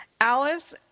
Alice